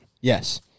Yes